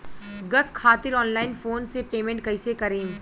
Gas खातिर online phone से payment कैसे करेम?